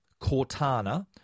Cortana